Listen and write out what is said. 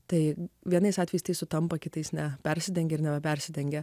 tai vienais atvejais tai sutampa kitais ne persidengia ir nepersidengia